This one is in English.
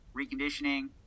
reconditioning